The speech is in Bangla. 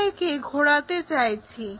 আমরা একে ঘোরাতে চাইছি